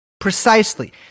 Precisely